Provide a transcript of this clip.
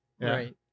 right